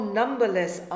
numberless